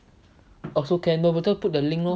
also can lor we just put the link lor